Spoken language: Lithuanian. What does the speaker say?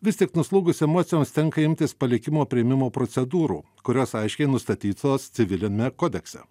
vis tik nuslūgus emocijoms tenka imtis palikimo priėmimo procedūrų kurios aiškiai nustatytos civiliniame kodekse